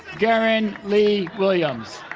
guerin lee williams